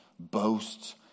boasts